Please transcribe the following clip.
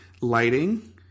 lighting